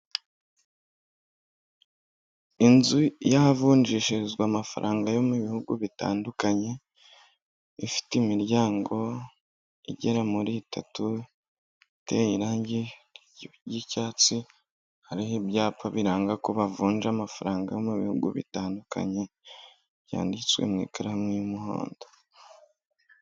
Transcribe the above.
Inzu y'ahavunjishirizwa amafaranga yo mu bihugu bitandukanye, ifite imiryango igera muri itatu, iteye irangi ry'icyatsi, hariho ibyapa biranga ko bavunja amafaranga yo mu bihugu bitandukanye, byanditswe mu ikaramu y'umuhondo.